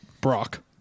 Brock